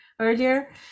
earlier